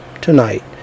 tonight